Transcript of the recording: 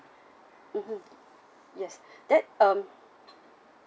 mmhmm yes that um